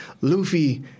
Luffy